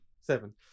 Seven